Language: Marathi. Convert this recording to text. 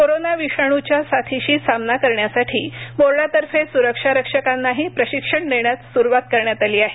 कोरोना विषाणूच्या साथीशी सामना करण्यासाठी बोर्डातर्फे सुरक्षा रक्षकांना सुद्धा प्रशिक्षण देण्यात सुरूवात करण्यात आली आहे